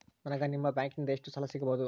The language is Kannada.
ನನಗ ನಿಮ್ಮ ಬ್ಯಾಂಕಿನಿಂದ ಎಷ್ಟು ಸಾಲ ಸಿಗಬಹುದು?